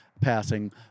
passing